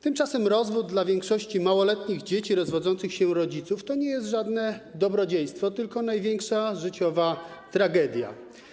Tymczasem rozwód dla większości małoletnich dzieci rozwodzących się rodziców to nie jest żadne dobrodziejstwo, tylko największa życiowa tragedia.